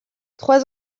trois